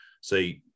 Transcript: say